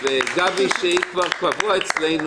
תודה רבה.